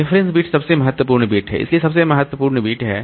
reference bit सबसे महत्वपूर्ण bit है इसलिए सबसे महत्वपूर्ण बिट है